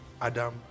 Adam